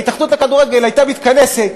וההתאחדות לכדורגל הייתה מתכנסת